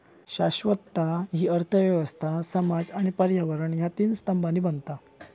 शाश्वतता हि अर्थ व्यवस्था, समाज आणि पर्यावरण ह्या तीन स्तंभांनी बनता